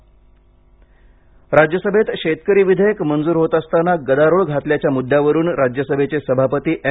राज्यसभा राज्यसभेत शेतकरी विधेयक मंजूर होत असताना गदारोळ घातल्याच्या मुद्यावरून राज्यसभेचे सभापती एम